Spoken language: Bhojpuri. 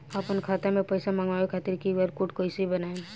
आपन खाता मे पईसा मँगवावे खातिर क्यू.आर कोड कईसे बनाएम?